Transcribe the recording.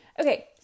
Okay